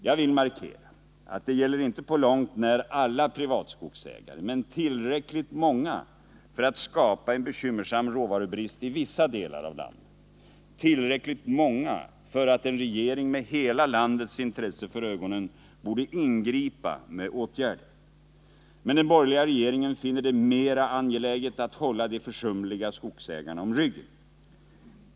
Jag vill markera att det inte på långt när gäller alla privatskogsägare men tillräckligt många för att skapa en bekymmersam råvarubrist i vissa delar av landet. Tillräckligt många för att en regering med hela landets intresse för ögonen borde ingripa med åtgärder. Men den borgerliga regeringen finner det mera angeläget att hålla de försumliga skogsägarna om ryggen.